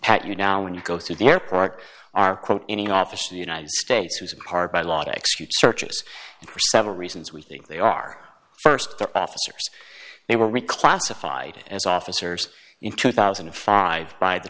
pat you now when you go through the airport are quote any office in the united states who's part by law to execute searches for several reasons we think they are st the officers they were reclassified as officers in two thousand and five by the